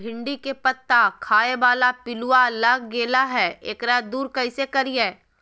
भिंडी के पत्ता खाए बाला पिलुवा लग गेलै हैं, एकरा दूर कैसे करियय?